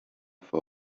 for